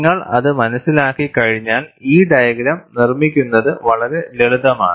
നിങ്ങൾ അത് മനസ്സിലാക്കി കഴിഞ്ഞാൽ ഈ ഡയഗ്രം നിർമ്മിക്കുന്നത് വളരെ ലളിതമാണ്